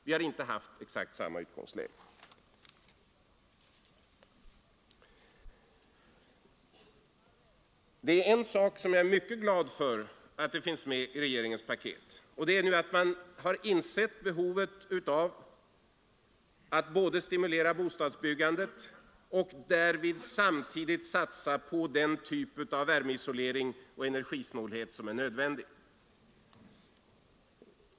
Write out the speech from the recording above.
Vi har inte haft exakt samma utgångsläge. En sak i regeringspaketet är jag mycket glad för: man har insett behovet av att både stimulera bostadsbyggandet och samtidigt satsa på en typ av värmeisolering och energisnålhet som är nödvändig.